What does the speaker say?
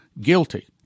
guilty